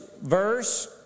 verse